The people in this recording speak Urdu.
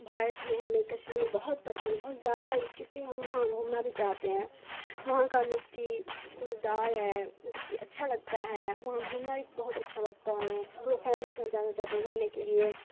بھارت میں ہمیں کشمیر بہت پسند ہے بہت زیادہ ہی کیونکہ ہم وہاں گھومنا بھی چاہتے ہیں وہاں کا مٹی خوشبودار ہے مطلب کہ اچھا لگتا ہے وہاں گھومنا بھی بہت اچھا لگتا ہے ہمیں پورے فیملی کے ساتھ جاننا چاہتے ہیں گھومنے کے لیے